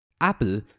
Apple